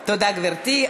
תודה, גברתי.